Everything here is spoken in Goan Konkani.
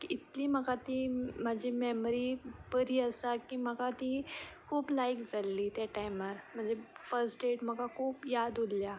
इतली ती म्हजी मेमरी बरी आसा की म्हाका ती खूब लायक जाल्ली त्या टायमार म्हाजे फस्ट डेट म्हाका खूब याद उरल्या